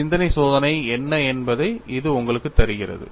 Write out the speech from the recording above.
சிந்தனை சோதனை என்ன என்பதை இது உங்களுக்குத் தருகிறது